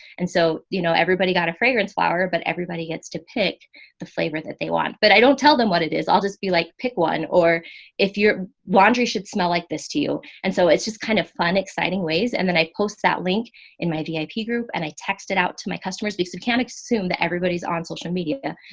and so, you know, everybody got a fragrance flower, but everybody gets to pick the flavor that they want, but i don't tell them what it is. i'll just be like pick one or if your laundry should smell like this to you and so it's just kind of fun, exciting ways. and then i post that link in my vip group. and i texted out to my customers because mechanics assume that everybody's on social media.